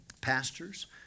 Pastors